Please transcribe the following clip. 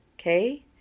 Okay